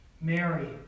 Mary